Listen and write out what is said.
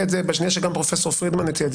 בשנייה שגם פרופסור פרידמן הציע את זה,